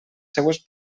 seues